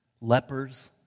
lepers